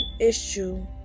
issue